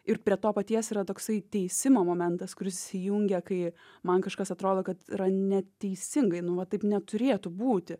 ir prie to paties yra toksai teisimo momentas kuris įsijungia kai man kažkas atrodo kad yra neteisingai nu va taip neturėtų būti